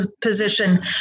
position